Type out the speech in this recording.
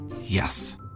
Yes